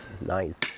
nice